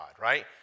right